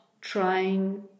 trying